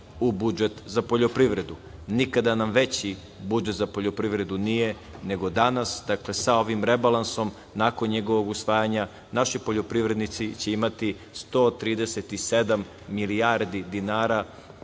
u budžet za poljoprivredu. Nikada nam veći budžet za poljoprivredu nije nego danas sa ovim rebalansom. Nakon njegovog usvajanja naši poljoprivrednici će imati 137 milijardi dinara